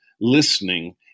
listening